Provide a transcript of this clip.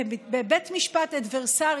בבית משפט אדוורסרי,